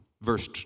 verse